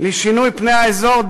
לשינוי פני האזור,